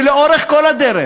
שלאורך כל הדרך